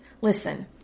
Listen